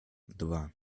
два